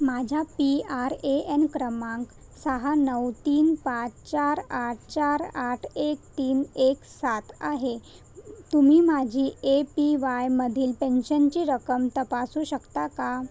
माझा P R A N क्रमांक सहा नऊ तीन पाच चार आठ चार आठ एक तीन एक सात आहे तुम्ही माझी ए पी वायमधील पेन्शनची रक्कम तपासू शकता का